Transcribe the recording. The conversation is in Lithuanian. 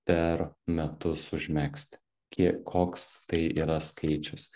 per metus užmegzti kie koks tai yra skaičius